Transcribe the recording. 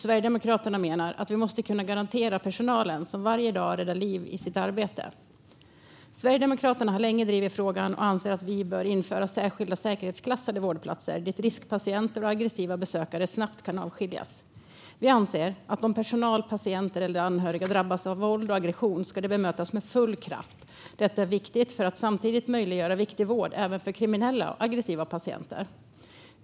Sverigedemokraterna menar att vi måste kunna garantera tryggheten för den personal som varje dag räddar liv i sitt arbete. Sverigedemokraterna har länge drivit frågan och anser att det bör införas särskilda säkerhetsklassade vårdplatser, där riskpatienter och aggressiva besökare snabbt kan avskiljas. Vi anser att om personal, patienter eller anhöriga drabbas av våld och aggression ska detta bemötas med full kraft. Detta är viktigt för att samtidigt möjliggöra viktig vård även för kriminella och aggressiva patienter.